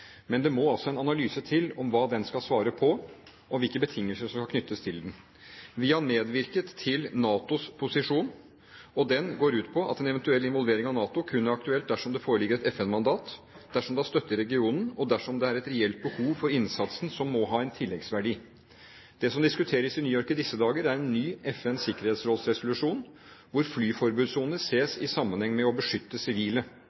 Men det må en analyse til av hva den skal svare på, og hvilke betingelser som skal knyttes til den. Vi har medvirket til NATOs posisjon, og den går ut på at en eventuell involvering av NATO kun er aktuelt dersom det foreligger et FN-mandat, dersom det har støtte i regionen, og dersom det er et reelt behov for innsatsen, som må ha en tilleggsverdi. Det som diskuteres i New York i disse dager, er en ny FNs sikkerhetsrådsresolusjon, hvor flyforbudssone ses i sammenheng med å beskytte sivile.